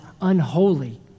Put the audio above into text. unholy